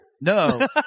No